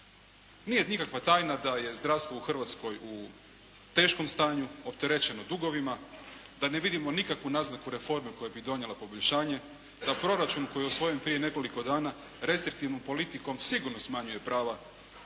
Nije nikakva tajna da je zdravstvo u Hrvatskoj u teškom stanju, opterećeno dugovima, da ne vidimo nikakvu naznaku reforme koja bi donijela poboljšanje, da proračun koji je usvojen prije nekoliko dana restriktivnom politikom sigurno smanjuje prava